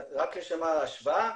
רק לשם ההשוואה,